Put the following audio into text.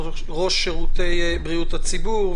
ראש שירותי בריאות הציבור,